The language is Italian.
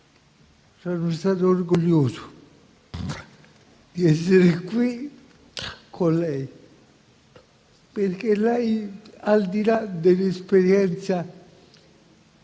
sono stato orgoglioso di essere qui con lei, perché lei, al di là dell'esperienza